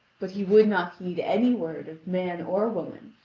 but he would not heed any word of man or woman.